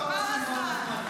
עבר הזמן.